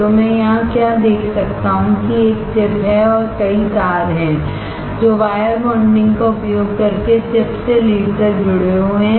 तो मैं यहां क्या देख सकता हूं कि एक चिपहै और कई तार हैं जो वायर बॉन्डिंग का उपयोग करके चिप से लीड तक जुड़े हुए हैं